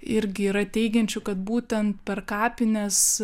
irgi yra teigiančių kad būtent per kapines